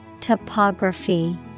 Topography